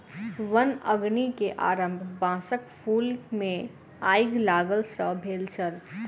वन अग्नि के आरम्भ बांसक फूल मे आइग लागय सॅ भेल छल